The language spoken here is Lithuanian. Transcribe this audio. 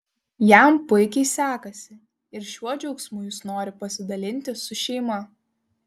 jam puikiai sekasi ir šiuo džiaugsmu jis nori pasidalinti su šeima